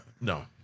No